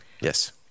Yes